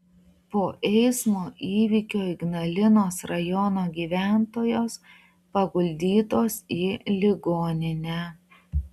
po eismo įvykio ignalinos rajono gyventojos paguldytos į ligoninę